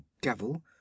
devil